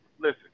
listen